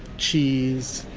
cheese,